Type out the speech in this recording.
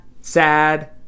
sad